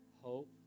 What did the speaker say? hope